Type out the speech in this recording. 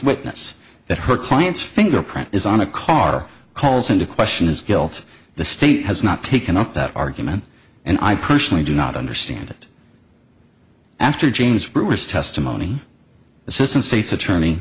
witness that her client's fingerprint is on a car calls into question his guilt the state has not taken up that argument and i personally do not understand it after james brewer's testimony assistant state's attorney